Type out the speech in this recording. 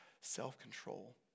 self-control